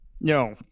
no